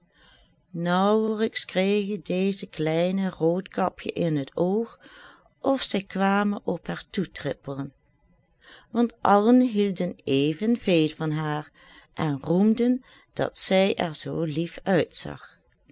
naauwelijks kregen deze kleine roodkapje in het oog of zij kwamen op haar toe trippelen want allen hielden even veel van haar en roemden dat zij er zoo lief uitzag